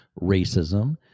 racism